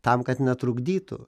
tam kad netrukdytų